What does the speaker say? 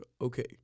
okay